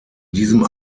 diesem